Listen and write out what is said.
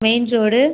main road